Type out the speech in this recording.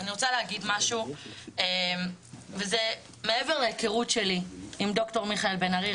אני רוצה להגיד משהו וזה מעבר להיכרות שלי עם ד"ר מיכאל בן ארי,